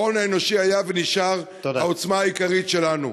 ההון האנושי היה ונשאר העוצמה העיקרית שלנו.